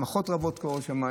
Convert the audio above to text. שמחות רבות קורות שם.